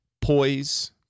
poise